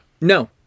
No